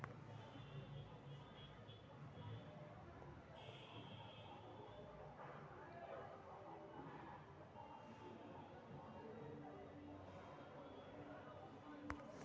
वित्त मंत्रालय द्वारे भारत के आर्थिक समीक्षा आ बजट तइयार कएल जाइ छइ